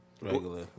regular